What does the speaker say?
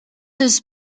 des